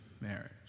marriage